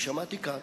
שמעתי כאן